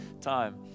time